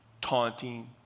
taunting